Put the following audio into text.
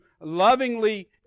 lovingly